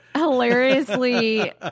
hilariously